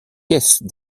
caisses